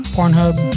Pornhub